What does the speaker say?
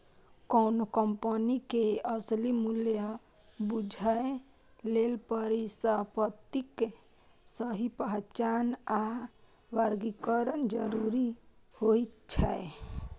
कोनो कंपनी के असली मूल्य बूझय लेल परिसंपत्तिक सही पहचान आ वर्गीकरण जरूरी होइ छै